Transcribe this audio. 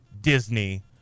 Disney